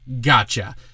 gotcha